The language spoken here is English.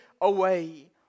away